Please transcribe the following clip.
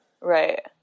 right